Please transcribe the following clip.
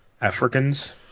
Africans